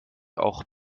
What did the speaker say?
auch